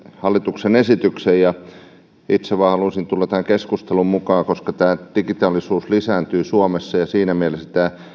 hallituksen esityksen ja itse vain halusin tulla keskusteluun mukaan koska digitaalisuus lisääntyy suomessa siinä mielessä